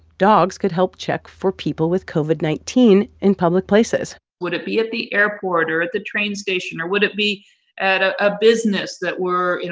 dogs could help check for people with covid nineteen in public places would it be at the airport or at the train station? or would it be at a ah business that we're, you